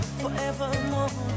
forevermore